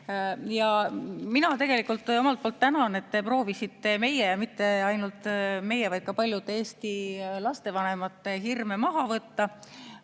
minister! Mina omalt poolt tänan, et te proovisite meie – ja mitte ainult meie, vaid ka paljude Eesti lapsevanemate – hirme maha võtta.